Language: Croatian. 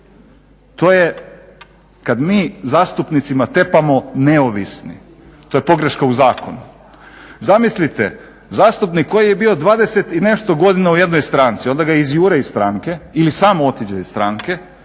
to je kad mi zastupnicima tepamo neovisni. To je pogreška u zakonu. Zamislite zastupnik koji je bio 20 i nešto godina u jednoj stranci i onda ga izjure iz stranke ili sam otiđe iz stranke,